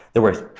there was,